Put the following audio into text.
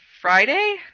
Friday